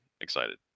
excited